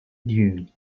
dune